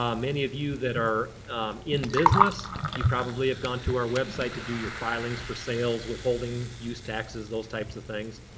um many of you that are in business, you probably have gone to our website to do your filings for sales, withholding, use taxes, those types of things.